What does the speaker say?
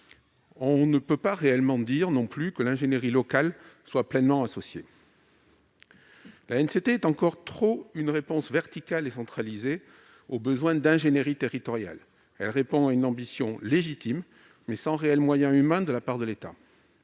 On ne peut pas réellement dire non plus que l'ingénierie locale est pleinement associée. L'ANCT est encore trop souvent une réponse verticale et centralisée au besoin d'ingénierie territoriale. Elle répond à une ambition légitime, mais sans réels moyens humains de la part de l'État.